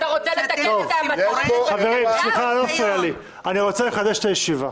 אני רוצה לחדש את הישיבה